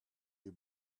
you